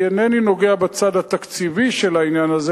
אני אינני נוגע בצד התקציבי של העניין הזה,